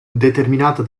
determinata